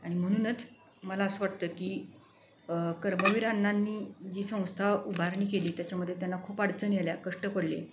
आणि म्हणूनच मला असं वाटतं की कर्मवीर अण्णांनी जी संस्था उभारणी केली त्याच्यामध्ये त्यांना खूप अडचणी आल्या कष्ट पडले